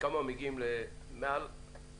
כמה תלמידים עוברים רק בטסט רביעי ומעלה?